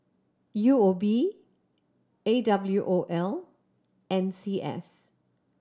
U O B A W O L N C S